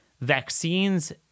Vaccines